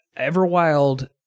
Everwild